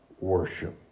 worship